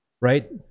right